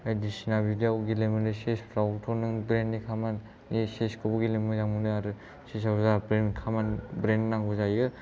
बायदिसिना बिदियाव गेलेनो मोनो चेस फोरावथ' नोङो ब्रैन नि खामानि चेस खौबो गेलेनो मोजां मोनो आरो चेस आव जा ब्रैन नि खामानि दं ब्रैन नांगौ जायो